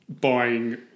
buying